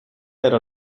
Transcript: era